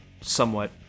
somewhat